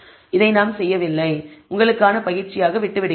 இதை நாங்கள் செய்யவில்லை உங்களுக்கான பயிற்சியாக விட்டுவிடுகிறோம்